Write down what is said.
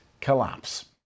collapse